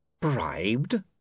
Bribed